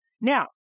now